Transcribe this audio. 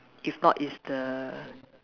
if not is the